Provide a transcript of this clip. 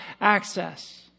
access